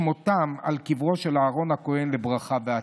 שמותיהם על קברו של אהרן הכהן לברכה והצלחה.